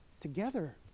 together